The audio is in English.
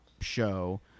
show